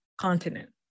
continent